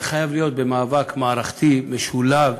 זה חייב להיות במאבק מערכתי, משולב,